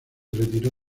retiró